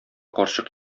карчык